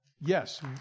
yes